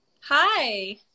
hi